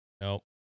Nope